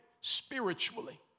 spiritually